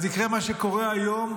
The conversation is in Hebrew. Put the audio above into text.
אז יקרה מה שקורה היום,